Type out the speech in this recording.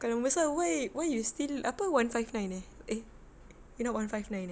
kalau membesar why why you still apa one five nine eh eh you're not one five nine eh